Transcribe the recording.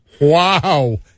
Wow